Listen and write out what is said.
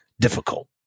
difficult